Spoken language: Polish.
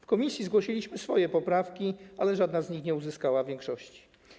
W komisji zgłosiliśmy poprawki, ale żadna z nich nie uzyskała większości.